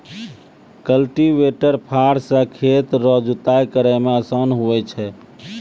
cultivator फार से खेत रो जुताइ करै मे आसान हुवै छै